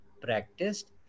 practiced